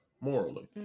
morally